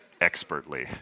Expertly